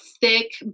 thick